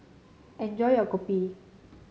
enjoy your Kopi